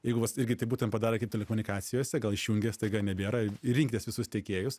jeigu vat irgi tai būtumėm padarę kaip telekomunikacijose gal išjungę staiga nebėra ir rinkitės visus tiekėjus